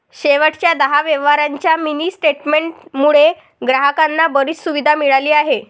शेवटच्या दहा व्यवहारांच्या मिनी स्टेटमेंट मुळे ग्राहकांना बरीच सुविधा मिळाली आहे